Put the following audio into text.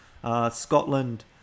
Scotland